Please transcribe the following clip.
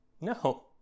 No